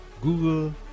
Google